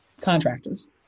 contractors